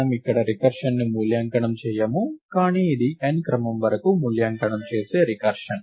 మనము ఇక్కడ రికర్షన్ ను మూల్యాంకనం చేయము కానీ ఇది n క్రమం వరకు మూల్యాంకనం చేసే రికర్షన్